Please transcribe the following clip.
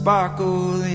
Sparkle